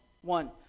One